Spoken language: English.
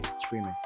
screaming